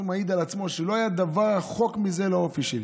הוא מעיד על עצמו שלא היה דבר רחוק מזה מאופי שלו,